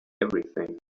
everything